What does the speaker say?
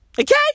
Okay